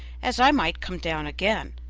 as i might come down again,